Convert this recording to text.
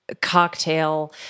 cocktail